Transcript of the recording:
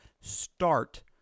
start